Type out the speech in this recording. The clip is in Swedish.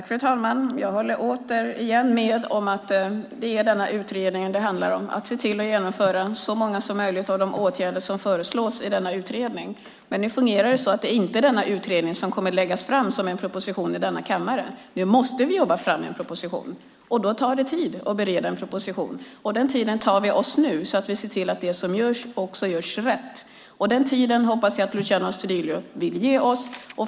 Fru talman! Jag håller återigen med om att det är denna utredning det handlar om, att se till att genomföra så många som möjligt av de åtgärder som föreslås i denna utredning. Men nu fungerar det så att det inte är denna utredning som kommer att läggas fram som en proposition i denna kammare. Nu måste vi jobba fram en proposition, och det tar tid att bereda en propositionen. Den tiden tar vi oss nu, så att vi ser till att det som görs också görs rätt. Den tiden hoppas jag att Luciano Astudillo vill ge oss.